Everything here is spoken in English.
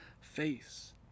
face